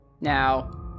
Now